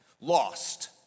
Lost